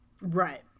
right